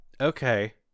okay